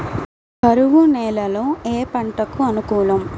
కరువు నేలలో ఏ పంటకు అనుకూలం?